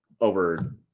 over